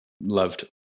loved